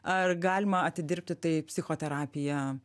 ar galima atidirbti tai psichoterapija